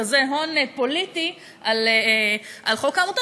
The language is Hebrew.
כזה הון פוליטי על חוק העמותות,